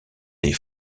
des